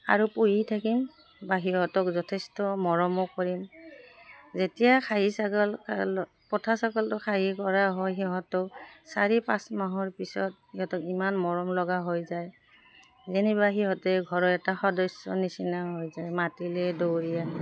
আৰু পুহি থাকিম বা সিহঁতক যথেষ্ট মৰমো কৰিম যেতিয়া খাঁহী ছাগল পঠা ছাগলটো খাঁহী কৰা হয় সিহঁতক চাৰি পাঁচ মাহৰ পিছত সিহঁতক ইমান মৰম লগা হৈ যায় যেনিবা সিহঁতে ঘৰৰ এটা সদস্য নিচিনা হৈ যায় মাতিলে দৌৰি আহে